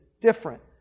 different